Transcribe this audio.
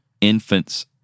infants